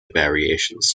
variations